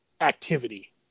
activity